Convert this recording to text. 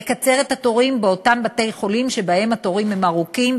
לקצר את התורים באותם בתי-חולים שבהם התורים ארוכים.